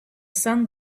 sun